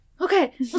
okay